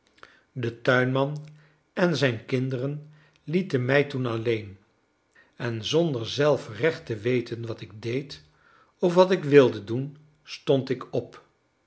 de tuinman en zijn kinderen lieten mij toen alleen en zonder zelf recht te weten wat ik deed of wat ik wilde doen stond ik op